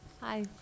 Hi